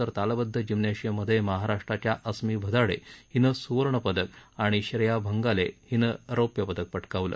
तर तालबद्ध जिम्नॅशियम मध्ये महाराष्ट्राच्या अस्मी भदाडे हिनं सुवर्णपदक आणि श्रेया बंगाले हिनं रौप्यपदक पटकावलं